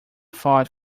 fault